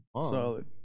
solid